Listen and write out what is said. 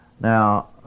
Now